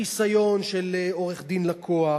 החיסיון של עורך-דין לקוח,